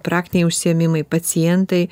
praktiniai užsiėmimai pacientai